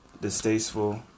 distasteful